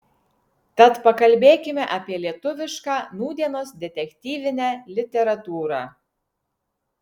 tad pakalbėkime apie lietuvišką nūdienos detektyvinę literatūrą